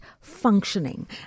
functioning